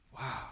Wow